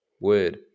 word